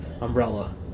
umbrella